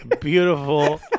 Beautiful